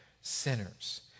sinners